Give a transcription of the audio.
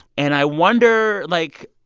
and i wonder, like,